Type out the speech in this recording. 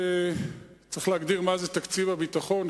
צריך להגדיר מה זה תקציב הביטחון,